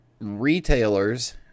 retailers